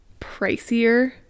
pricier